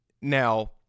Now